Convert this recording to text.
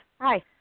Hi